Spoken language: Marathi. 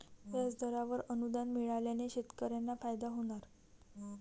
व्याजदरावर अनुदान मिळाल्याने शेतकऱ्यांना फायदा होणार